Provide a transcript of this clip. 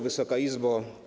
Wysoka Izbo!